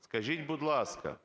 Скажіть, будь ласка,